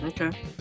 Okay